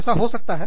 ऐसा हो सकता है